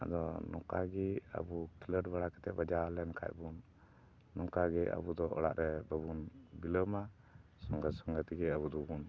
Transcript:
ᱟᱫᱚ ᱱᱚᱝᱠᱟᱜᱮ ᱟᱵᱚ ᱠᱷᱮᱞᱳᱸᱰ ᱵᱟᱲᱟ ᱠᱟᱛᱮᱫ ᱵᱟᱡᱟᱣ ᱞᱮᱱᱠᱷᱟᱱ ᱵᱚᱱ ᱱᱚᱝᱠᱟ ᱜᱮ ᱟᱵᱚ ᱫᱚ ᱚᱲᱟᱜ ᱨᱮ ᱵᱟᱵᱚᱱ ᱵᱤᱞᱚᱢᱟ ᱥᱚᱸᱜᱮ ᱥᱚᱸᱜᱮ ᱛᱮᱜᱮ ᱟᱵᱚ ᱫᱚᱵᱚᱱ